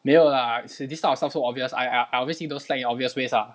没有啦 see this type of stuff so obvious I I I obviously don't slack in obvious ways lah